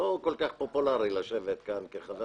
זה לא כל כך "פופולרי" לשבת כאן כחבר